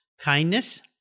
kindness